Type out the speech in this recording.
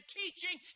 teaching